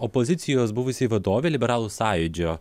opozicijos buvusiai vadovei liberalų sąjūdžio